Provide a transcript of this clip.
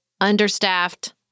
understaffed